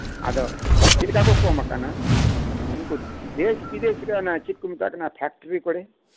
ᱟᱫᱚ ᱪᱮᱫ ᱞᱮᱠᱟ ᱠᱚ ᱠᱚᱢ ᱟᱠᱟᱱᱟ ᱩᱱᱠᱩ ᱫᱮᱥ ᱵᱤᱫᱮᱥ ᱨᱮ ᱚᱱᱮ ᱪᱮᱫ ᱠᱚ ᱢᱮᱛᱟᱜ ᱠᱟᱱᱟ ᱚᱱᱮ ᱯᱷᱮᱠᱴᱮᱨᱤ ᱠᱚᱨᱮ